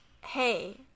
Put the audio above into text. Hey